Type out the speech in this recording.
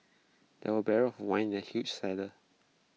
there were barrels of wine in the huge cellar